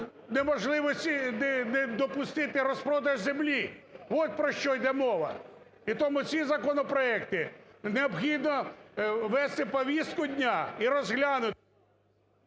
неможливості, не допустити розпродаж землі, от про що йде мова. І тому ці законопроекти необхідно ввести в повістку дня і розглянути…